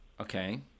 Okay